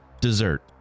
dessert